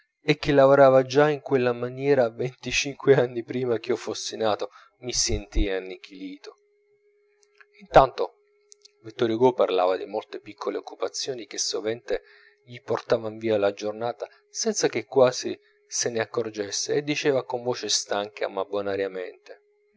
e che lavorava già in quella maniera venticinque anni prima ch'io fossi nato mi sentii annichilito intanto vittor hugo parlava di molte piccole occupazioni che sovente gli portavan via la giornata senza che quasi se n'accorgesse e diceva con voce stanca ma bonariamente